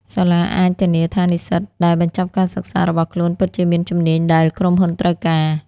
សាលាអាចធានាថានិស្សិតដែលបញ្ចប់ការសិក្សារបស់ខ្លួនពិតជាមានជំនាញដែលក្រុមហ៊ុនត្រូវការ។